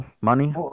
Money